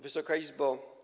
Wysoka Izbo!